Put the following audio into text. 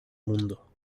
mundo